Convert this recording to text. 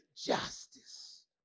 justice